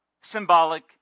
symbolic